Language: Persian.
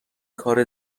کار